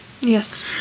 Yes